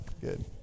Good